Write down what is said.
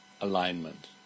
alignment